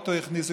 לאוטו הכניסו,